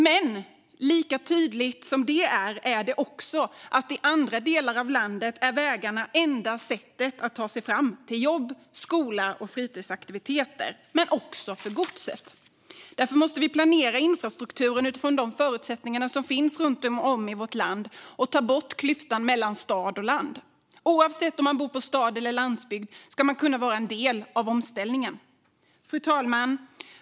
Men lika tydligt som det är så är det också tydligt att i andra delar av landet är vägarna enda sättet att ta sig fram till jobb, skola och fritidsaktiviteter men också för godset. Vi måste därför planera infrastrukturen utifrån de förutsättningar som finns runt om i vårt land och ta bort klyftan mellan stad och land. Oavsett om man bor i stad eller på landsbygd ska man kunna vara en del av omställningen. Fru talman!